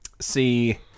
See